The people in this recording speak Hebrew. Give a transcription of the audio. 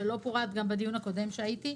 שלא פורט גם בדיון הקודם שבו הייתי?